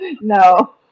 no